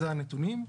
אלה הנתונים.